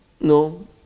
no